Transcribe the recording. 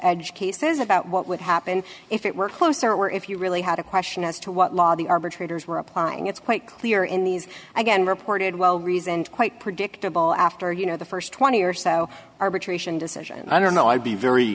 cases about what would happen if it were closer or if you really had a question as to what law the arbitrator's were applying it's quite clear in these again reported well reasoned quite predictable after you know the st twenty or so arbitration decisions i don't know i'd be very